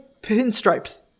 pinstripes